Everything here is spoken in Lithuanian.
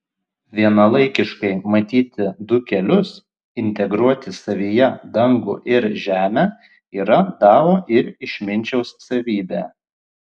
vienalaikiškai matyti du kelius integruoti savyje dangų ir žemę yra dao ir išminčiaus savybė